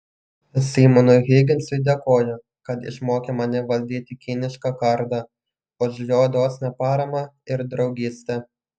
simonui higginsui dėkoju kad išmokė mane valdyti kinišką kardą už jo dosnią paramą ir draugystę